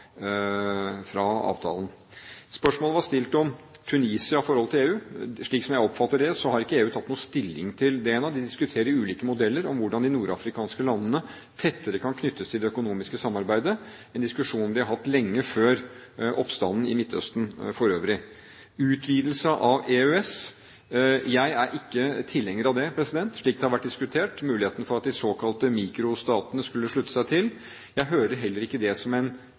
avtalen. Spørsmålet var stilt om Tunisia i forhold til EU. Slik som jeg oppfatter det, har ikke EU tatt noen stilling til det ennå. De diskuterer ulike modeller for hvordan de nordafrikanske landene tettere kan knyttes til det økonomiske samarbeidet, en diskusjon de har hatt lenge før oppstanden i Midtøsten for øvrig. Utvidelse av EØS: Jeg er ikke tilhenger av – slik det har vært diskutert – muligheten for at de såkalte mikrostatene skulle slutte seg til. Jeg hører heller ikke det som en